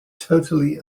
totally